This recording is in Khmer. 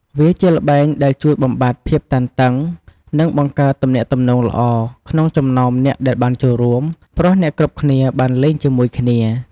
វាជាល្បែងដែលជួយបំបាត់ភាពតានតឹង និងបង្កើត ទំនាក់ទំនងល្អ ក្នុងចំណោមអ្នកដែលបានចូលរួម ព្រោះអ្នកគ្រប់គ្នាបានលេងជាមួយគ្នា។